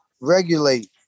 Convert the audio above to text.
Regulate